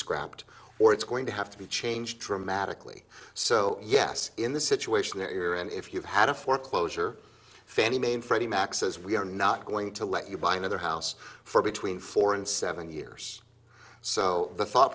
scrapped or it's going to have to be changed dramatically so yes in the situation you're in if you've had a foreclosure fannie mae and freddie mac says we're not going to let you buy another house for between four and seven years so the thought